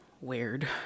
weird